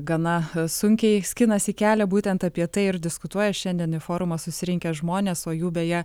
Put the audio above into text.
gana sunkiai skinasi kelią būtent apie tai ir diskutuoja šiandien į forumą susirinkę žmonės o jų beje